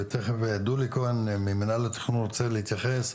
ותיכף דודי כהן ממינהל התכנון רוצה להתייחס,